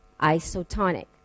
isotonic